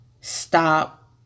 stop